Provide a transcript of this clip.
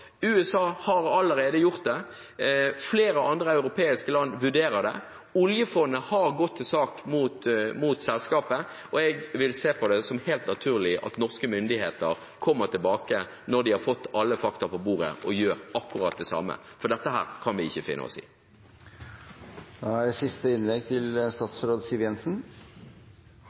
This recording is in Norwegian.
allerede har gjort det. Flere andre europeiske land vurderer det. Oljefondet har gått til sak mot selskapet. Og jeg vil se på det som helt naturlig at norske myndigheter kommer tilbake når de har fått alle fakta på bordet, og gjør akkurat det samme, for dette kan vi ikke finne oss i. La meg bare først få presisere at en ting er